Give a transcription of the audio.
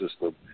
system